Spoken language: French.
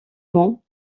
vent